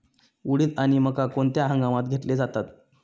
उडीद आणि मका कोणत्या हंगामात घेतले जातात?